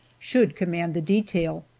should command the detail.